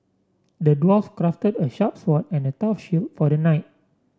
the dwarf crafted a sharp sword and a tough shield for the knight